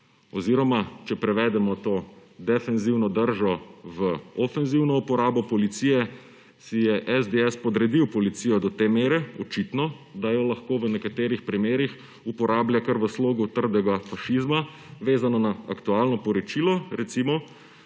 oziroma, če prevedemo to defenzivno držo v ofenzivno uporabo policije, si je SDS podredil policijo do te mere, očitno, da jo lahko v nekaterih primerih uporablja kar v slogu trdega fašizma, vezano na aktualno poročilo, recimo,